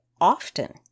often